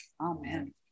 Amen